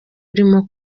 urimo